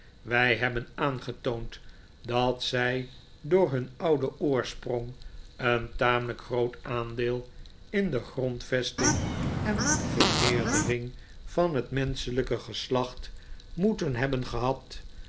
wij hebben aangetoond dat zij door hun ouden oorsprong een tamelijk groot aandeel in de grondvesting en vermeerdering van het menschelijke geslacht moeten hebben gehad